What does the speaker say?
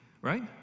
Right